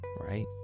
right